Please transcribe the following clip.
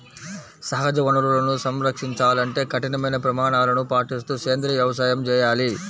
సహజ వనరులను సంరక్షించాలంటే కఠినమైన ప్రమాణాలను పాటిస్తూ సేంద్రీయ వ్యవసాయం చేయాలి